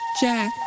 Jack